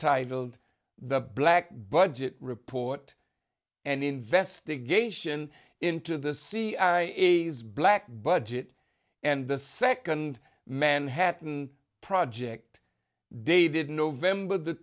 titled the black budget report and investigation into the cia is black budget and the second manhattan project david november the